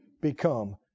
become